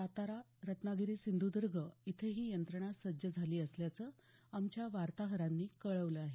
सातारा रत्नागिरी सिंधूदर्ग इथंही यंत्रणा सज्ज झाली असल्याचं आमच्या वार्ताहरांनी कळवलं आहे